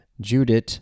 Judith